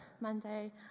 Monday